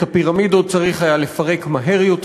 את הפירמידות היה צריך לפרק מהר יותר,